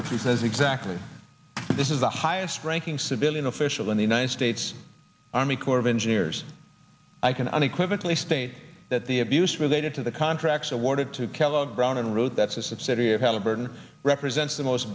she says exactly this is the highest ranking civilian official in the united states army corps of engineers i can unequivocally state that the abuse related to the contracts awarded to kellogg brown and root that's a subsidiary of halliburton represents the most